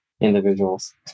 individuals